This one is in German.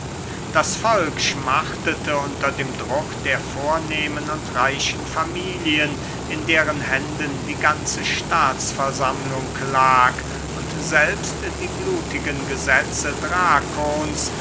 das volk schmachtete unter dem druck der vornehmen und reichen familien in deren händen die ganze staatsverwaltung lag und selbst die blutigen gesetze